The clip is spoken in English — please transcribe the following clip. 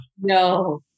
No